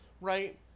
right